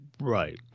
Right